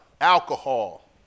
alcohol